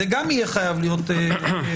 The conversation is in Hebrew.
זה גם יהיה חייב להיות ברור.